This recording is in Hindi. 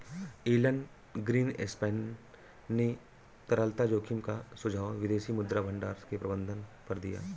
एलन ग्रीनस्पैन ने तरलता जोखिम का सुझाव विदेशी मुद्रा भंडार के प्रबंधन पर दिया